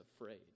afraid